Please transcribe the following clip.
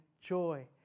joy